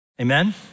Amen